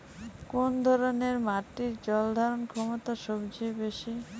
কোন ধরণের মাটির জল ধারণ ক্ষমতা সবচেয়ে বেশি?